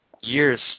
years